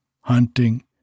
hunting